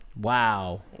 Wow